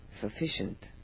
sufficient